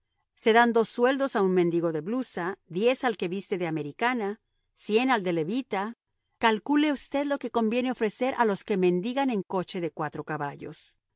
dan dos sueldos a un mendigo de blusa diez al que viste de americana cien al de levita calcule usted lo que conviene ofrecer a los que mendigan en coche de cuatro caballos